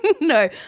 No